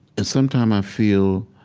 and sometimes i feel